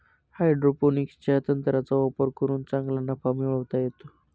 हायड्रोपोनिक्सच्या तंत्राचा वापर करून चांगला नफा मिळवता येतो